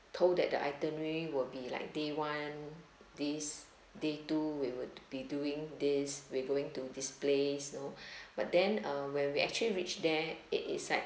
told that the itinerary will be like day one this day two we would be doing this we're going to this place you know but then uh when we actually reached there it is like